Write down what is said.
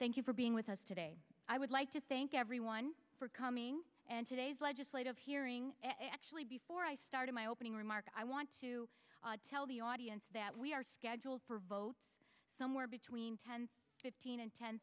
thank you for being with us today i would like to thank everyone for coming and today's legislative hearing actually before i started my opening remark i want to tell the audience that we are scheduled for a vote somewhere between ten fifteen and ten